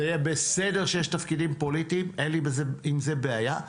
זה בסדר שיש תפקידים פוליטיים אין לי עם זה בעיה,